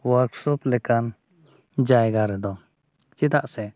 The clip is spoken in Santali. ᱞᱮᱠᱟᱱ ᱡᱟᱭᱜᱟ ᱨᱮᱫᱚ